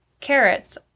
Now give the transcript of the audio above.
Carrots